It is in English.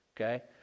okay